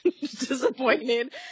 disappointed